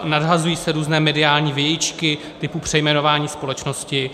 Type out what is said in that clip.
Nadhazují se různé mediální vějičky typu přejmenování společnosti.